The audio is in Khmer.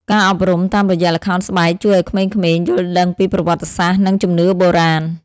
ការអប់រំ តាមរយៈល្ខោនស្បែកជួយឱ្យក្មេងៗយល់ដឹងពី ប្រវត្តិសាស្ត្រ និងជំនឿបុរាណ។